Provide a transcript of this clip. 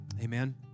amen